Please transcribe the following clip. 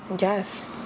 Yes